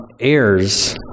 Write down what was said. heirs